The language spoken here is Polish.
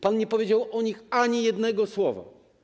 Pan nie powiedział o nich ani jednego słowa.